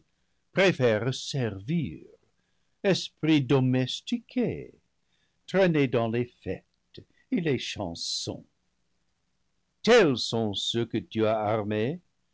préfèrent servir esprits domestiqués traînés dans les fêles et les chansons tels sont ceux que tu as armés